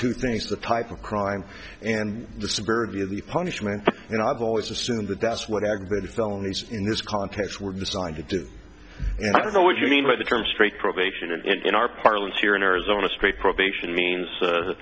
two things the type of crime and the spirit of the punishment you know i've always assumed that that's what agood felonies in this context were designed to do and i don't know what you mean by the term straight probation and in our parlance here in arizona straight probation means